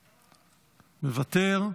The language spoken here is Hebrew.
מוותר.